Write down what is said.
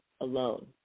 alone